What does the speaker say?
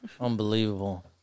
Unbelievable